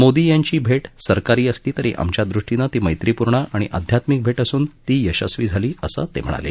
मोदी यांची भेट सरकारी असली तरी आमच्या दृष्टीनं ती मधीीूर्ण आणि आध्यात्मिक भेट असून ती यशस्वी झाली असं ते म्हणाले